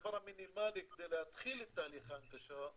הדבר המינימלי כדי להתחיל את תהליך ההנגשה,